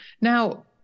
now